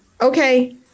okay